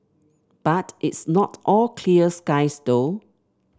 but it's not all clear skies though